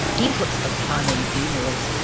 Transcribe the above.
he puts the fun in funerals.